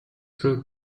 proved